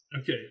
Okay